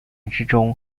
之中